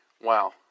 Wow